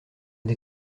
des